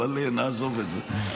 אבל נעזוב את זה.